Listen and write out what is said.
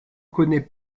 connaît